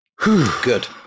Good